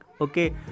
Okay